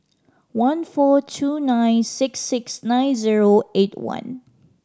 one four two nine six six nine zero eight one